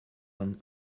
one